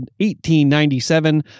1897